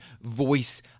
voice